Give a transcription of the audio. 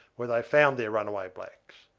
where they found their runaway blacks.